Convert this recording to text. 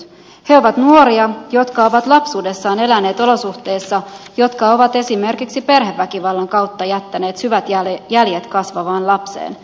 he ovat nuoria jotka ovat lapsuudessaan eläneet olosuhteissa jotka ovat esimerkiksi perheväkivallan kautta jättäneet syvät jäljet kasvavaan lapseen